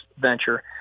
venture